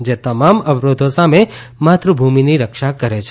જે તમામ અવરોધો સામે માતૃભૂમિની રક્ષા કરે છે